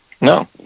No